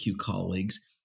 colleagues